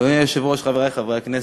אדוני היושב-ראש, חברי חברי הכנסת,